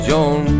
John